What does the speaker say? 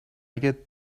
get